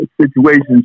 situations